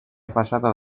pasado